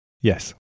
Yes